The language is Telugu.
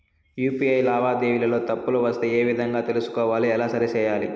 యు.పి.ఐ లావాదేవీలలో తప్పులు వస్తే ఏ విధంగా తెలుసుకోవాలి? ఎలా సరిసేయాలి?